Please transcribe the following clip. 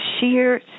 sheer